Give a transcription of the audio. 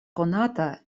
konata